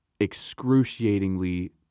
excruciatingly